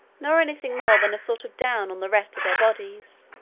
nor any thing more than a sort of down on the rest of their bodies,